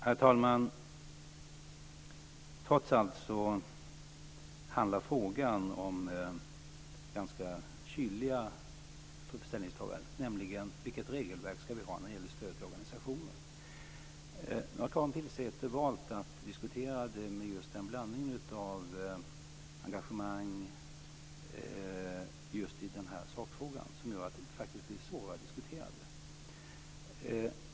Herr talman! Trots allt handlar frågan om ett ganska kyligt ställningstagande, nämligen vilket regelverk vi ska ha för stöd till organisationer. Karin Pilsäter har valt att diskutera det med ett engagemang i sakfrågan som gör att det blir svårare att föra en debatt om detta.